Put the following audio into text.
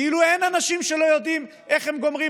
כאילו אין אנשים שלא יודעים איך הם גומרים,